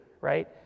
right